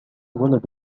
ولد